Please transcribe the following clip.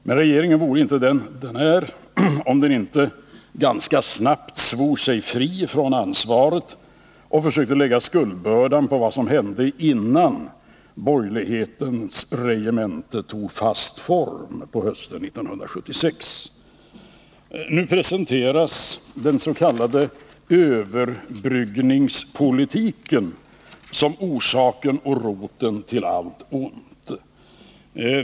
Men regeringen vore inte vad den är om den inte ganska snabbt svor sig fri från ansvaret och försökte lägga skuldbördan på vad som hände innan borgerlighetens regemente tog fast form på hösten 1976. Nu presenteras den s.k. överbryggningspolitiken som orsaken och roten till allt ont.